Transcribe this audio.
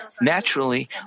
naturally